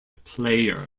player